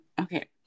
okay